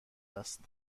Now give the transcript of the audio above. است